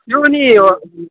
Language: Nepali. यो नि